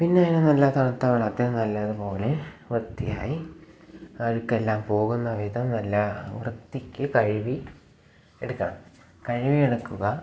പിന്നെ അതിനെ നല്ല തണുത്ത വെള്ളത്തിൽ നല്ലതു പോലെ വൃത്തിയായി അഴുക്കെല്ലാം പോകുന്ന വിധം നല്ല വൃത്തിക്ക് കഴുകി എടുക്കണം കഴുകി എടുക്കുക